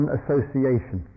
association